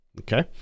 Okay